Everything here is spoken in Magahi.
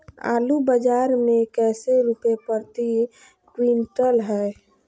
आलू बाजार मे कैसे रुपए प्रति क्विंटल है?